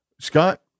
Scott